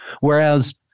Whereas